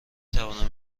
توانم